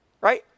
Right